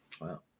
Wow